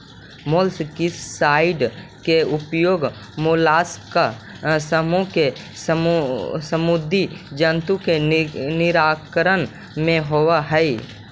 molluscicide के उपयोग mollusc समूह के समुदी जन्तु के निराकरण में होवऽ हई